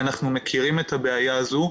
אנחנו מכירים את הבעיה הזו,